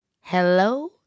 Hello